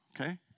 Okay